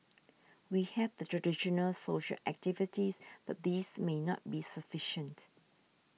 we have the traditional social activities but these may not be sufficient